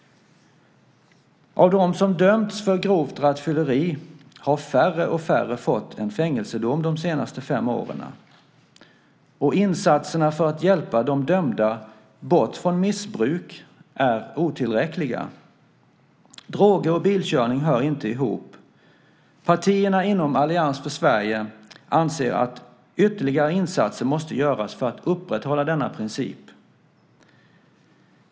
Av dem som dömts för grovt rattfylleri har färre och färre fått en fängelsedom de senaste fem åren. Insatserna för att hjälpa de dömda bort från missbruk är otillräckliga. Droger och bilkörning hör inte ihop! Partierna inom Allians för Sverige anser att ytterligare insatser måste göras för att upprätthålla denna princip.